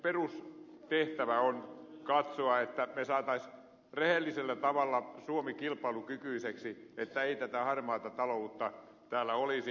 kuitenkin meidän perustehtävämme on katsoa että me saisimme rehellisellä tavalla suomen kilpailukykyiseksi että ei tätä harmaata taloutta täällä olisi